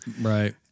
Right